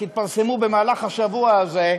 שהתפרסמו במהלך השבוע הזה.